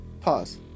Pause